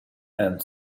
and